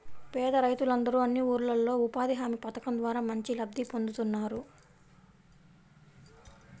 పేద రైతులందరూ అన్ని ఊర్లల్లో ఉపాధి హామీ పథకం ద్వారా మంచి లబ్ధి పొందుతున్నారు